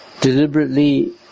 deliberately